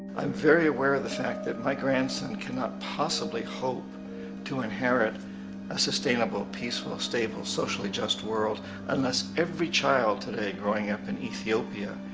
i'm very aware of the fact that my grandson cannot possibly hope to inherit a sustainable, peaceful, stable, socially just world unless every child today growing up in ethiopia,